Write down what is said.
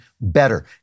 Better